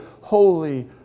Holy